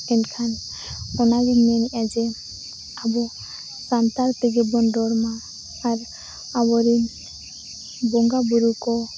ᱮᱱᱠᱷᱟᱱ ᱚᱱᱟᱜᱮᱧ ᱢᱮᱱᱮᱫᱼᱟ ᱡᱮ ᱟᱵᱚ ᱥᱟᱱᱛᱟᱲ ᱛᱮᱜᱮᱵᱚᱱ ᱨᱚᱲᱢᱟ ᱟᱨ ᱟᱵᱚᱨᱤᱱ ᱵᱚᱸᱜᱟ ᱵᱳᱨᱳ ᱠᱚ